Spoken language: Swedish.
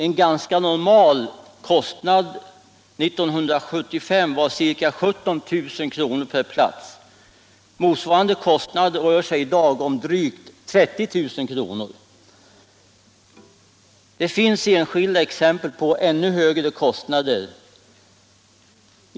En ganska normal kostnad 1975 var ca 17000 kr. per plats. Motsvarande kostnad rör sig i dag om drygt 30 000 kr. Det finns enskilda exempel på ännu högre kostnader.